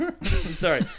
Sorry